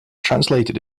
translated